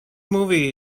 movie